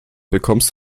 bekommst